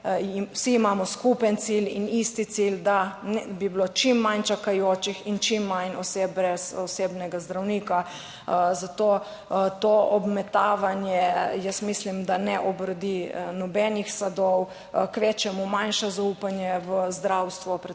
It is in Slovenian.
vsi imamo skupen cilj in isti cilj, da bi bilo čim manj čakajočih in čim manj oseb brez osebnega zdravnika. Zato to obmetavanje, jaz mislim, da ne obrodi nobenih sadov, kvečjemu manjša zaupanje v zdravstvo, predvsem